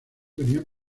venían